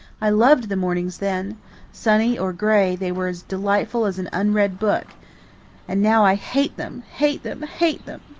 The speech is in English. i loved the mornings then sunny or gray, they were as delightful as an unread book and now i hate them hate them hate them!